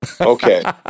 Okay